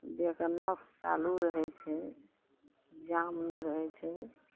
देहके नस चालू रहै छै जाम नहि रहै छै